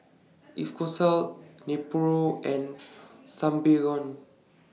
Nepro and Sangobion